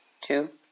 two